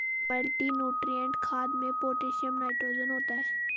multinutrient खाद में potassium nitrogen होता है